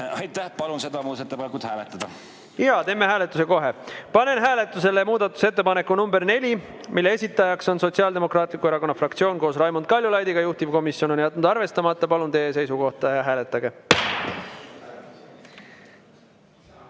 Aitäh! Palun seda muudatusettepanekut hääletada. Jaa, teeme hääletuse kohe. Panen hääletusele muudatusettepaneku nr 4, mille esitaja on Sotsiaaldemokraatliku Erakonna fraktsioon koos Raimond Kaljulaidiga. Juhtivkomisjon on jätnud arvestamata. Palun teie seisukohta! Hääletage!